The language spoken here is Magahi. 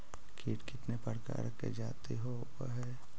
कीट कीतने प्रकार के जाती होबहय?